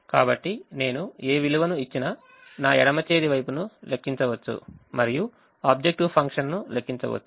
కాబట్టి నేను ఏ విలువను ఇచ్చినా ఎడమ చేతి వైపును లెక్కించవచ్చు మరియు ఆబ్జెక్టివ్ ఫంక్షన్ను లెక్కించవచ్చు